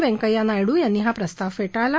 व्यंकय्या नायडू यांनी हा प्रस्ताव फेशाळला